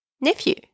nephew